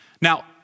Now